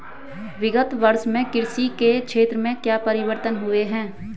विगत वर्षों में कृषि के क्षेत्र में क्या परिवर्तन हुए हैं?